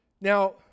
Now